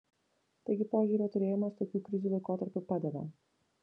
taigi požiūrio turėjimas tokių krizių laikotarpiu padeda